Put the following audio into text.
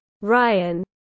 Ryan